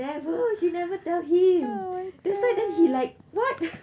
she never she never tell him that's why then he like what